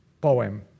poem